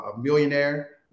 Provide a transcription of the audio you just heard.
millionaire